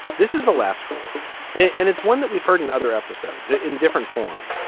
but this is the last rule and it's one that we've heard in other episodes yeah in different forms.